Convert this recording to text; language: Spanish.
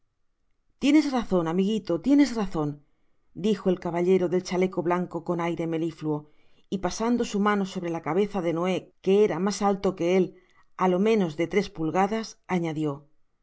tienes razon amiguito tienes razon dijo el caballero del chaleco blanco con aire melifluo y pasando su mano sobre la cabeza de noé que era mas alto que el á lo menos de tres pulgadas añadió